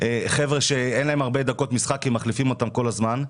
חבר'ה שאין להם הרבה דקות משחק כי מחליפים אותם כל הזמן.